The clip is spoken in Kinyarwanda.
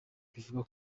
bivuga